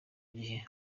gihe